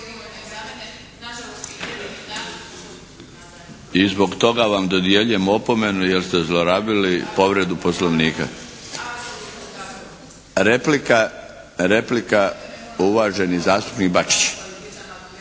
I zbog toga vam dodjeljujem opomenu jer ste zlorabili povredu poslovnika. Replika, replika, uvaženi zastupnik Bačić.